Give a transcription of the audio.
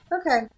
okay